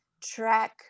track